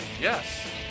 Yes